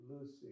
Lucy